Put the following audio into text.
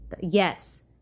yes